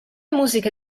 musiche